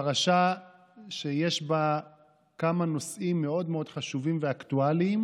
פרשה שיש בה כמה נושאים מאוד מאוד חשובים ואקטואליים,